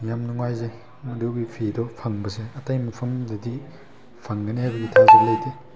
ꯌꯥꯝ ꯅꯨꯡꯉꯥꯏꯖꯩ ꯑꯗꯨꯒꯤ ꯐꯤꯗꯣ ꯐꯪꯕꯁꯦ ꯑꯇꯩ ꯃꯐꯝꯗꯗꯤ ꯐꯪꯒꯅꯦ ꯍꯥꯏꯕꯒꯤ ꯊꯥꯖꯕ ꯂꯪꯇꯦ